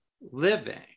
living